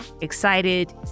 excited